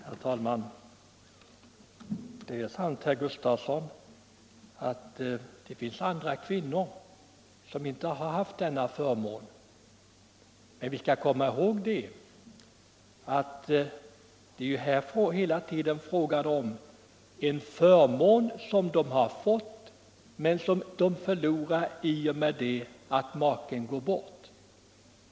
Herr talman! Det är sant, herr Sven Gustafson i Göteborg, att det finns andra kvinnor som inte har haft den förmån vi talar om, men här är det hela tiden fråga om en förmån som vederbörande har haft men förlorar i och med att maken går bort.